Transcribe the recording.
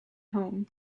home